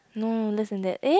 no less than that eh